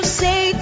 say